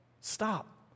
Stop